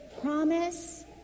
promise